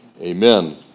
Amen